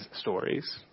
stories